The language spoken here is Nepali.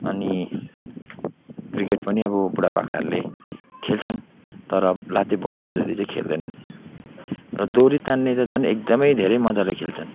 अनि क्रिकेट पनि अब बुढा पाकाहरूले खेल्छन् तर लात्ते भकुन्डो जति चाहिँ खेल्दैनन् र दोरी तान्ने त झन एकदमै धेरै मजाले खेल्छन्